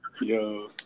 Yo